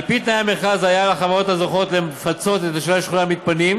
על-פי תנאי המכרז היה על החברות הזוכות לפצות את תושבי השכונה המתפנים.